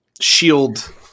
shield